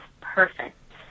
perfect